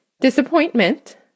Disappointment